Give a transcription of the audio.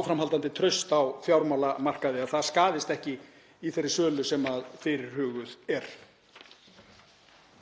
áframhaldandi traust á fjármálamarkaði, að það skaðist ekki í þeirri sölu sem fyrirhuguð er.